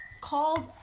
called